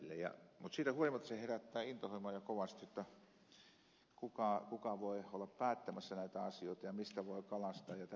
siitä huolimatta se herättää intohimoja kovasti kuka voi olla päättämässä näitä asioita ja mistä voi kalastaa